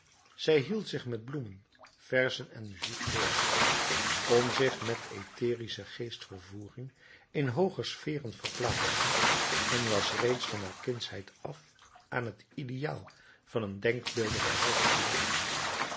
zij hield zich met bloemen verzen en muziek bezig kon zich met etherische geestvervoering in hooger sferen verplaatsen en was reeds van haar kindsheid af aan het ideaal van een denkbeeldigen held verloofd